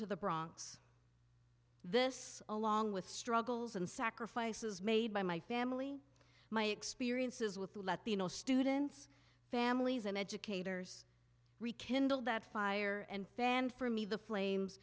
to the bronx this along with struggles and sacrifices made by my family my experiences with latino students families and educators rekindled that fire and fanned for me the flames